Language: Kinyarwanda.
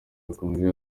yakomeje